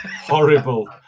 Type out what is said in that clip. horrible